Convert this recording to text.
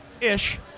Ish